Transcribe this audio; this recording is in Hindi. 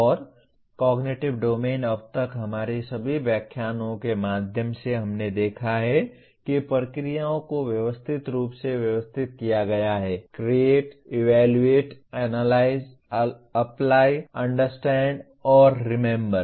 और कॉग्निटिव डोमेन अब तक हमारे सभी व्याख्यानों के माध्यम से हमने देखा है कि प्रक्रियाओं को व्यवस्थित रूप से व्यवस्थित किया गया है create evaluate analyse apply understand और रिमेम्बर